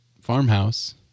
Farmhouse